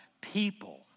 people